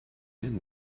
ihren